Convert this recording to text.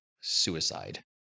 suicide